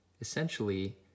essentially